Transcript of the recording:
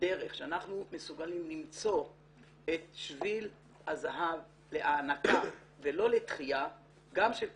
דרך שאנחנו מסוגלים למצוא את שביל הזהב להענקה ולא לדחייה גם של קצבה,